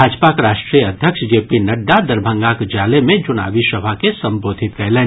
भाजपाक राष्ट्रीय अध्यक्ष जे पी नड्डा दरभंगाक जाले मे चुनावी सभा के सम्बोधित कयलनि